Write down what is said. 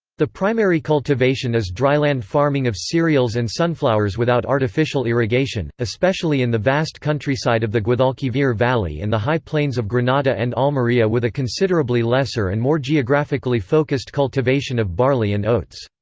the primary cultivation is dryland farming of cereals and sunflowers without artificial irrigation, especially in the vast countryside of the guadalquivir valley and the high plains of granada and almeria-with a considerably lesser and more geographically focused cultivation of barley and oats.